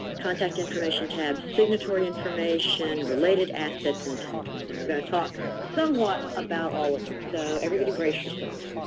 contact information tab signatory information, related assets and attachments. and we're going to talk somewhat about all of them. so everybody brace yourselves.